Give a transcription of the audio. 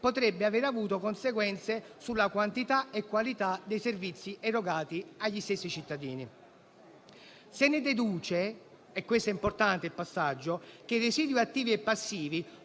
potrebbe avere avuto conseguenze sulla quantità e qualità dei servizi erogati agli stessi cittadini. Se ne deduce - questo passaggio è importante - che i residui attivi e passivi